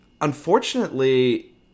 unfortunately